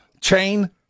chain